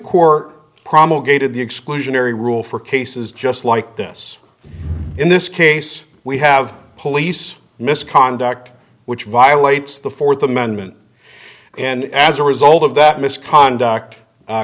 court promulgated the exclusionary rule for cases just like this in this case we have police misconduct which violates the fourth amendment and as a result of that misconduct